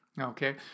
okay